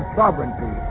sovereignty